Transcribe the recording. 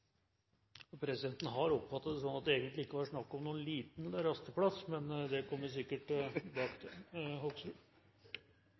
komme. Presidenten har oppfattet det sånn at det egentlig ikke var snakk om noen liten rasteplass, men det kommer vi sikkert tilbake